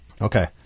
Okay